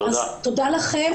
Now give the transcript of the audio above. תודה רבה.